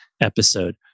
episode